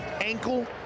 ankle